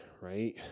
right